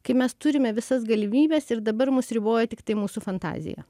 kai mes turime visas galimybes ir dabar mus riboja tiktai mūsų fantazija